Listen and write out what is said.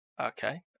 Okay